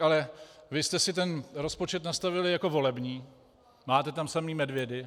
Ale vy jste si ten rozpočet nastavili jako volební, máte tam samé medvědy.